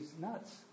nuts